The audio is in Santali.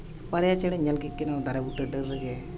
ᱵᱟᱨᱭᱟ ᱪᱮᱬᱮᱧ ᱧᱮᱞ ᱠᱮᱫ ᱠᱤᱱᱟ ᱫᱟᱨᱮ ᱵᱩᱴᱟᱹ ᱰᱟᱹᱨ ᱨᱮᱜᱮ